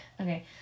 Okay